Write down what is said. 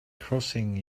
crossing